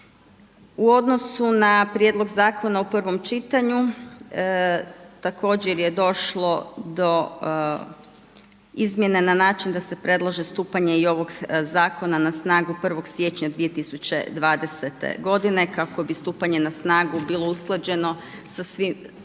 U odnosu na prijedlog zakona u prvom čitanju također je došlo do izmjene na način da se predlaže stupanje i ovog zakona na snagu 1. siječnja 2020. godine kako bi stupanje na snagu bilo usklađeno sa svim